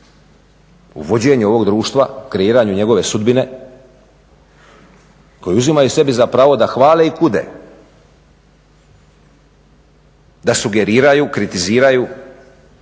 vođenju ovog društva, kreiranju njegove sudbine, koji uzimaju sebi za pravo da hvale i kude, da sugeriraju, kritiziraju